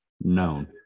known